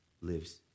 lives